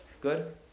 Good